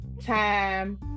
time